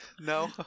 no